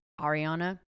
Ariana